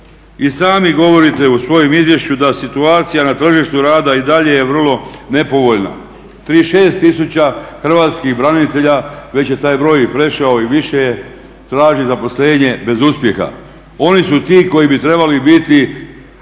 I sami govorite u svojem izvješću da situacija na tržištu rada i dalje je vrlo nepovoljna. 36 tisuća hrvatskih branitelja, već je taj broj i prešao i više je, traži zaposlenje bez uspjeha. Oni su ti koji bi trebali biti